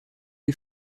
les